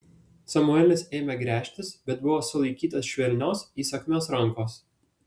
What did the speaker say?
samuelis ėmė gręžtis bet buvo sulaikytas švelnios įsakmios rankos